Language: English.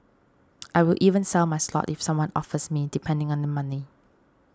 I will even sell my slot if someone offers me depending on the money